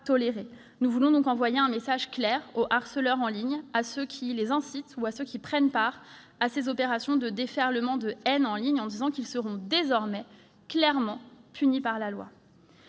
Nous voulons donc envoyer un message clair aux harceleurs en ligne, à ceux qui incitent ou prennent part à ces opérations de déferlement de haine en ligne, en disant qu'elles seront désormais clairement punies par la loi.